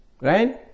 right